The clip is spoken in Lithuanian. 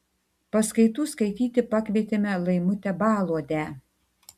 paskaitų skaityti pakvietėme laimutę baluodę